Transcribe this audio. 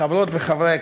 חברות וחברי הכנסת,